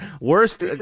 Worst